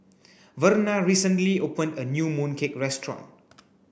Verna recently opened a new moon cake restaurant